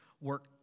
work